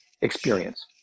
experience